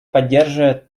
поддерживает